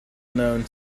known